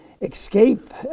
escape